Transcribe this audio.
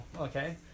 okay